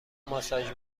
ماساژ